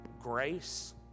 grace